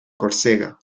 córcega